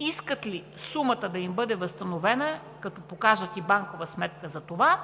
искат ли сумата да им бъде възстановена, като покажат и банкова сметка за това,